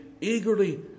eagerly